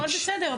הכול בסדר.